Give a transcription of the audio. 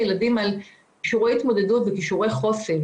ילדים על כישורי התמודדות וכישורי חוסן,